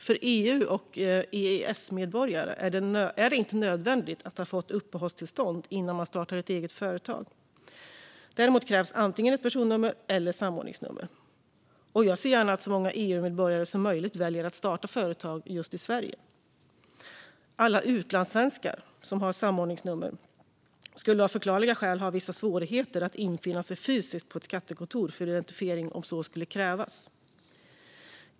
För EU och EES-medborgare är det inte nödvändigt att ha fått uppehållstillstånd innan man startar ett eget företag. Däremot krävs antingen ett personnummer eller ett samordningsnummer. Jag ser gärna att så många EU-medborgare som möjligt väljer att starta företag i just Sverige. Alla utlandssvenskar som har samordningsnummer skulle av förklarliga skäl ha vissa svårigheter att infinna sig fysiskt på ett skattekontor för identifiering, om så skulle krävas.